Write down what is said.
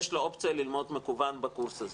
יש לו אופציה ללמוד מקוון בקורס הזה.